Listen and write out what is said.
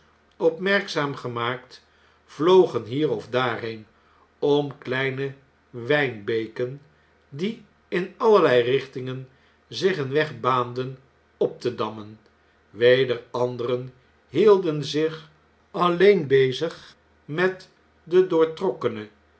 opmerkzaam gemaakt vlogen hier of daarheen om kleine wjjnbeken die in allerlei richtingen zich een weg baanden op te dammen weder anderen hielden zich alleen bezig met de